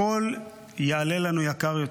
הכול יעלה לנו יותר.